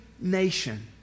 nation